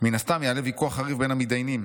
מן הסתם יעלה ויכוח חריף בין המתדיינים.